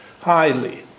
highly